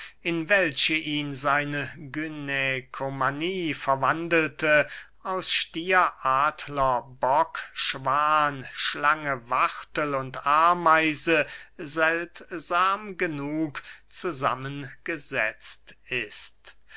in welche ihn seine gynäkomanie verwandelte aus stier adler bock schwan schlange wachtel und ameise seltsam genug zusammengesetzt ist